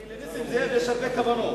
לנסים זאב יש הרבה כוונות.